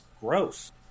gross